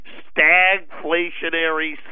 stagflationary